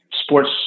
sports